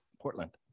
Portland